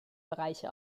bereiche